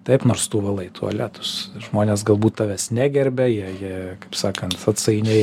taip nors tu valai tualetus žmonės galbūt tavęs negerbia jie jie kaip sakant atsainiai